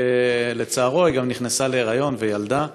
ולצערו, היא גם נכנסה להיריון וילדה.